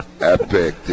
Epic